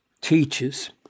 teaches